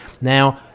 now